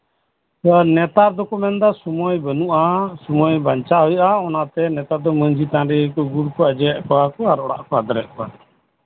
ᱱᱮᱛᱟᱨ ᱫᱚᱠᱚ ᱢᱮᱱᱫᱟ ᱥᱚᱢᱚᱭ ᱵᱟᱹᱱᱩᱜᱼᱟ ᱥᱚᱢᱚᱭ ᱵᱟᱧᱪᱟᱣ ᱦᱩᱭᱩᱜᱼᱟ ᱱᱮᱛᱟᱨ ᱫᱚ ᱢᱟᱹᱡᱷᱤ ᱯᱟᱨᱟᱱᱤᱠ ᱜᱩᱲ ᱠᱚ ᱟᱡᱚᱭᱮᱜ ᱠᱚᱣᱟ ᱟᱨ ᱠᱚ ᱟᱫᱮᱨᱮᱜ ᱠᱚᱣᱟ